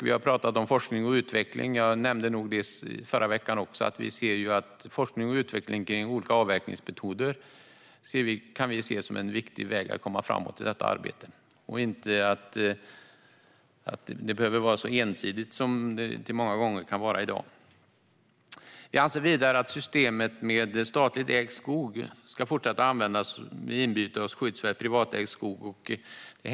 Vi har talat om forskning och utveckling, och jag nämnde nog också i förra veckan att vi ser forskning och utveckling av olika avverkningsmetoder som en viktig väg att komma framåt i detta arbete. Det behöver inte vara så ensidigt som det många gånger är i dag. Vi anser vidare att systemet där statligt ägd skog används som inbyte mot skyddsvärd privatägd skog ska fortsätta att användas.